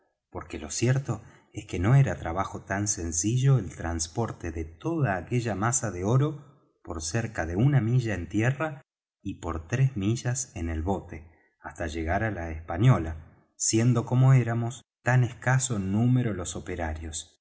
porque lo cierto es que no era trabajo tan sencillo el trasporte de toda aquella masa de oro por cerca de una milla en tierra y por tres millas en el bote hasta llegar á la española siendo como éramos tan escaso en número los operarios